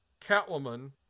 Catwoman